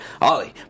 Ollie